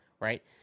Right